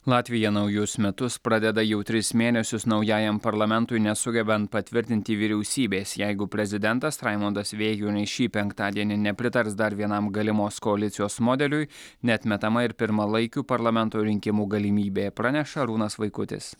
latvija naujus metus pradeda jau tris mėnesius naujajam parlamentui nesugebant patvirtinti vyriausybės jeigu prezidentas raimundas vėjuonis šį penktadienį nepritars dar vienam galimos koalicijos modeliui neatmetama ir pirmalaikių parlamento rinkimų galimybė praneša arūnas vaikutis